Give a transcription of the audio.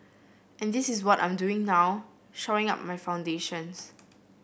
and this is what I'm doing now shoring up my foundations